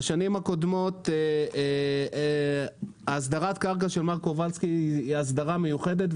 בשנים הקודמות הסדרת הקרקע של מר קובלסקי היא הסדרה מיוחדת,